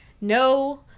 no